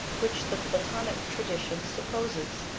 which the platonic tradition supposes.